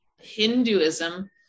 Hinduism